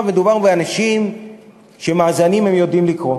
מדובר באנשים שמאזנים הם יודעים לקרוא,